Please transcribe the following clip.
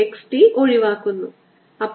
d s എല്ലാ റേഡിയലും ആയിരിക്കും